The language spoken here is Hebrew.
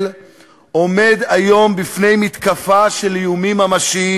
עומד היום בפני מתקפה של איומים ממשיים,